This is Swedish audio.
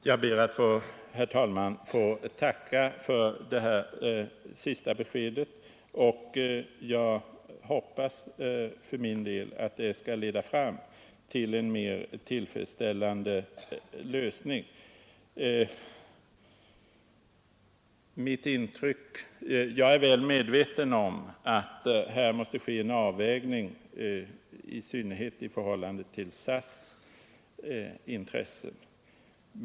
Herr talman! Jag ber att få tacka för det senaste beskedet, och jag hoppas för min del att översynen skall leda fram till en mer tillfredsställande lösning. Jag är väl medveten om att här måste ske en avvägning, i synnerhet i förhållande till SAS:s intressen.